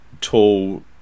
tall